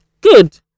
good